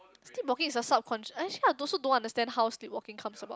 sleepwalking is a subconsciou~ actually I also don't understand how sleepwalking comes about